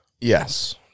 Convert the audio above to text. Yes